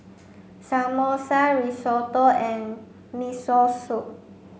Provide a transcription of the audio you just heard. Samosa Risotto and Miso Soup